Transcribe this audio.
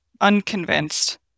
unconvinced